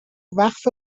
وقف